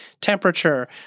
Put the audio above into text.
temperature